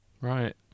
Right